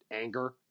anger